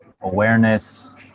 awareness